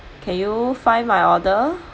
can you find my order